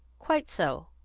quite so,